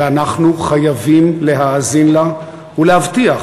ואנחנו חייבים להאזין לה ולהבטיח,